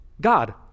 God